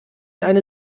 eine